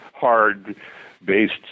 hard-based